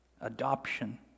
adoption